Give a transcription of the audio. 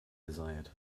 desired